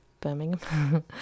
Birmingham